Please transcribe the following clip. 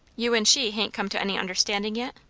you and she hain't come to any understanding yet?